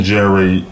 Jerry